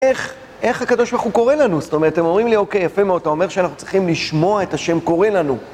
איך, איך הקדוש ברוך הוא קורא לנו? זאת אומרת, אתם אומרים לי, אוקיי, יפה מאוד, אתה אומר שאנחנו צריכים לשמוע את השם קורא לנו.